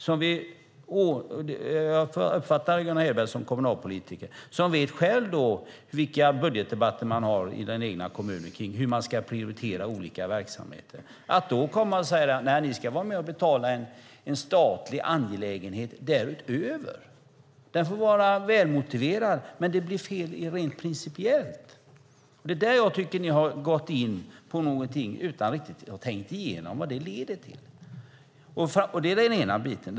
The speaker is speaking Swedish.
Jag uppfattar Gunnar Hedberg som en kommunalpolitiker, som själv vet vilka budgetdebatter man har i den egna kommunen om hur man ska prioritera olika verksamheter. Då kommer man här och säger: Ni ska vara med och betala en statlig angelägenhet därutöver! Den må vara välmotiverad, men det blir fel rent principiellt. Det är där jag tycker att ni har gått in på någonting utan att riktigt ha tänkt igenom vad det leder till. Detta är den ena biten.